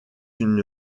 une